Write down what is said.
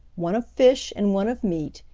one of fish and one of meat,